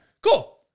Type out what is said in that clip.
Cool